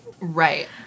Right